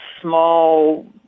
small